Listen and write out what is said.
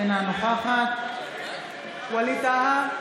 אינה נוכחת ווליד טאהא,